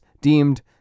deemed